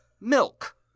milk